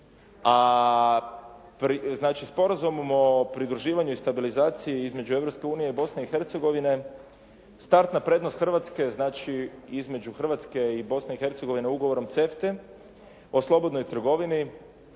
a znači Sporazumom o pridruživanju i stabilizaciji između Europske unije i Bosne i Hercegovine startna prednost Hrvatske znači između Hrvatske i Bosne i Hercegovine Ugovorom CEFTA-e o slobodnoj trgovini